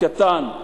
קטן,